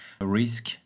risk